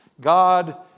God